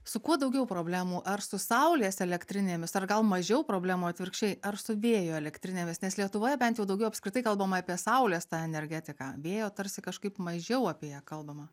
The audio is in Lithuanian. su kuo daugiau problemų ar su saulės elektrinėmis ar gal mažiau problemų atvirkščiai ar su vėjo elektrinėmis nes lietuvoje bent jau daugiau apskritai kalbama apie saulės energetiką vėjo tarsi kažkaip mažiau apie ją kalbama